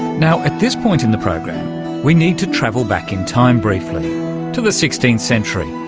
now, at this point in the program we need to travel back in time briefly to the sixteenth century.